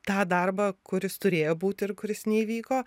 tą darbą kuris turėjo būt ir kuris neįvyko